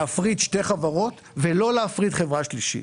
להפריד שתי חברות ולא להפריד חברה שלישית.